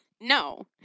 No